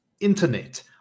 internet